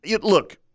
look